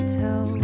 tell